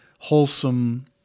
wholesome